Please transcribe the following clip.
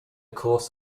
course